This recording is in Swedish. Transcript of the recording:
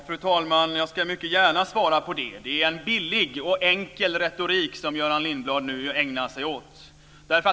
Fru talman! Jag ska mycket gärna svara på den frågan. Det är en billig och enkel retorik som Göran Lindblad nu ägnar sig åt.